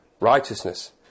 righteousness